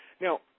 Now